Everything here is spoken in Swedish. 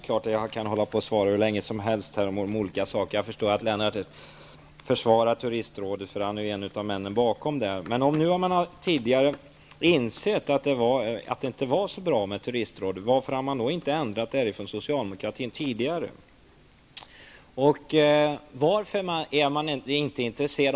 Herr talman! Jag kan hålla på och svara hur länge som helst på frågor om olika saker. Jag förstår att Lennart Nilsson försvarar Turistrådet. Han är ju en av männen bakom det. Men om man har insett att det inte var så bra med Turistrådet, varför har då inte Socialdemokraterna ändrat på det tidigare?